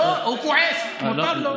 לא, הוא כועס, מותר לו.